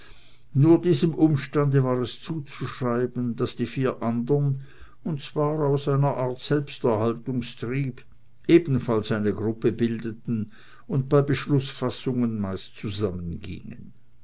nur diesem umstande war es zuzuschreiben daß die vier anderen und zwar aus einer art selbsterhaltungstrieb ebenfalls eine gruppe bildeten und bei beschlußfassungen meist zusammengingen